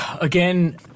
again